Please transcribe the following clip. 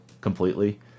completely